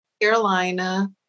carolina